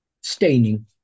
staining